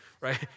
right